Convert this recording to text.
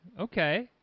Okay